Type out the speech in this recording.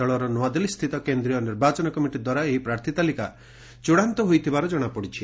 ଦଳର ନୂଆଦିଲ୍ଲୀସ୍ଥିତ କେନ୍ଦ୍ରୀୟ ନିର୍ବାଚନ କମିଟି ଦ୍ୱାରା ଏହି ପ୍ରାର୍ଥୀ ତାଲିକା ଚ୍ଚଡ଼ାନ୍ତ ହୋଇଥିବାର ଜଣାପଡ଼ିଛି